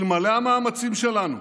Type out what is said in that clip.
אלמלא המאמצים שלנו,